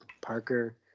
Parker